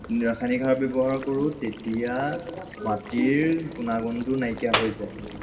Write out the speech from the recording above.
ৰাসায়নিক সাৰ ব্যৱহাৰ কৰোঁ তেতিয়া মাটিৰ গুণাগুণটো নাইকিয়া হৈ যায়